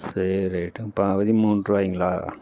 சேரி ரைட்டுங்க பதிமூன்றுவாயிங்களா